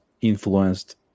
influenced